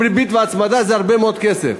ועם ריבית והצמדה זה הרבה מאוד כסף.